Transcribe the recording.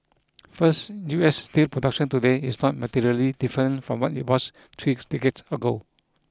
first US steel production today is not materially different from what it was three decades ago